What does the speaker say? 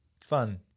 Fun